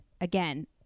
Again